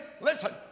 listen